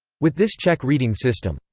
with this check-reading system,